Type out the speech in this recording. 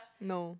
no